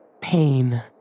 pain